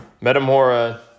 metamora